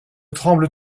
tremble